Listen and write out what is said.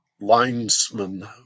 linesman